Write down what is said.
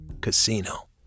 Casino